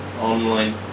Online